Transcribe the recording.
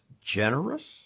generous